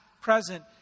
present